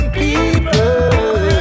people